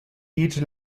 each